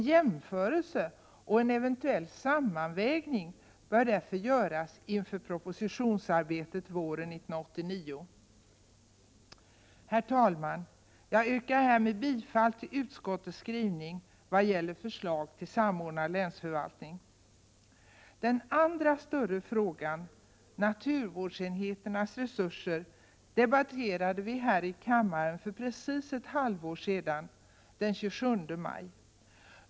En jämförelse och en eventuell sammanvägning bör därför göras inför propositionsarbetet våren 1989. Herr talman! Jag yrkar härmed bifall till utskottets skrivning vad gäller förslag till samordnad länsförvaltning. Den andra större frågan — det gäller alltså naturvårdsenheternas resurser — debatterade vi här i kammaren för precis ett halvår sedan, den 27 maj.